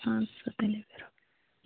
اَدٕ سا تُلِو بِہِو رۅبَس